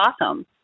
awesome